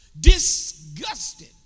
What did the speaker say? Disgusted